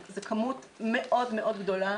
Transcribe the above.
זה כמות מאוד מאוד גדולה.